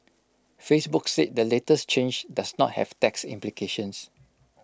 Facebook said the latest change does not have tax implications